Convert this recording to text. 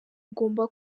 agomba